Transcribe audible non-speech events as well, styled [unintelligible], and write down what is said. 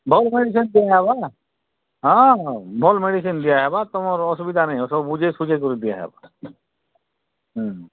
[unintelligible] ହଁ ଭଲ୍ ମେଡ଼ିସିନ୍ ଦଆହେବା ହଁ ହଁ ଭଲ୍ ମେଡ଼ିସିନ୍ ଦଆହେବା ତମର୍ ଅସୁବିଧା ନାଇଁ ହୁଏ ସବୁ ବିଝିସୁଝି କରି ଦିଆହେବା ହୁଁ